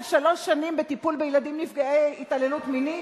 שלוש שנים בטיפול בילדים נפגעי התעללות מינית?